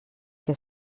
que